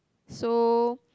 so